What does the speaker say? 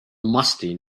musty